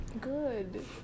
Good